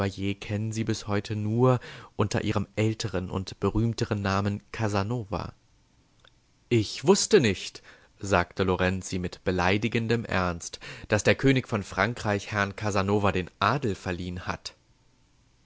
kennen sie bis heute nur unter ihrem älteren und berühmteren namen casanova ich wußte nicht sagte lorenzi mit beleidigendem ernst daß der könig von frankreich herrn casanova den adel verliehen hat